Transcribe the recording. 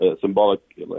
symbolic